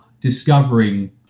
discovering